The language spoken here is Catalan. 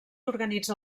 organitza